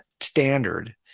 standard